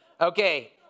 Okay